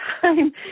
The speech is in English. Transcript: time